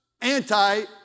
anti